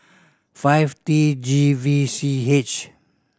five T G V C H